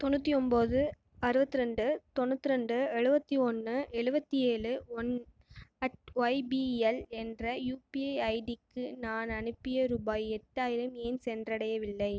தொண்ணூற்றி ஒம்போது அறுபத்ரெண்டு தொண்ணுத்திரெண்டு எழுபத்தி ஒன்று எழுபத்தி ஏழு ஒன் அட் ஒய்பிஎல் என்ற யூபிஐ ஐடிக்கு நான் அனுப்பிய ரூபாய் எட்டாயிரம் ஏன் சென்றடையவில்லை